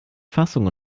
fassung